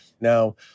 Now